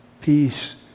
Peace